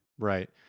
Right